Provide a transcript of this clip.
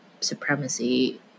supremacy